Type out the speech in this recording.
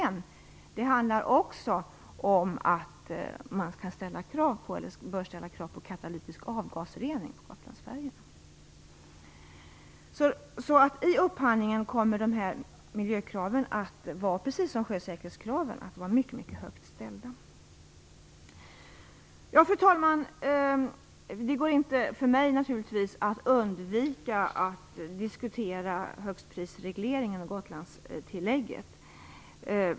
Men det handlar också om att man bör ställa krav på katalytisk avgasrening på Gotlandsfärjorna. I upphandlingen kommer de här miljökraven, precis som sjösäkerhetskraven, att vara mycket, mycket högt ställda. Fru talman! Jag kan inte undvika att diskutera högstprisregleringen och Gotlandstillägget.